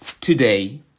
Today